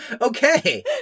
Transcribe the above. Okay